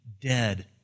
dead